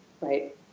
right